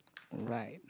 alright